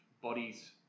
bodies